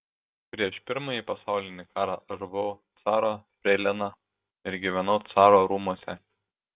prieš pirmąjį pasaulinį karą aš buvau caro freilina ir gyvenau caro rūmuose